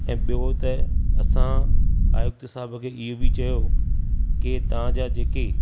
ऐं बि॒यो त असां आयुक्त साहबु खे इहो बि चयो कि तव्हां जा जेके